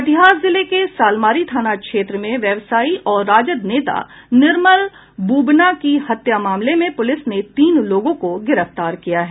कटिहार जिले के सालमारी थाना क्षेत्र में व्यवसायी और राजद नेता निर्मल बुबना की हत्या मामले में पुलिस ने तीन लोगों को गिरफ्तार किया है